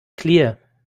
clear